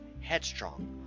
headstrong